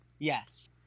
Yes